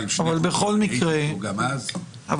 --- גם אז?